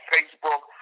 Facebook